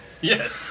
Yes